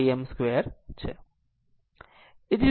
આમ જ તે અડધો L Im 2 છે